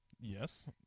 Yes